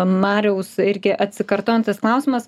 mariaus irgi atsikartojantis klausimas